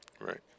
Right